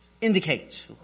indicate